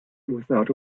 without